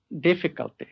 difficulty